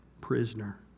prisoner